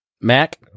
mac